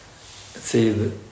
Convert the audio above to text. see